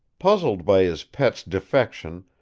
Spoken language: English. puzzled by his pet's defection,